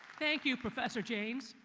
thank you, professor janes.